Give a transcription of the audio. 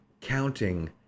counting